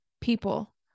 people